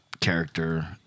Character